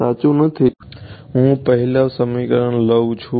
સાચું નથી ધારો કે હુ પહેલું સમીકરણ લઉં છું